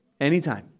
Anytime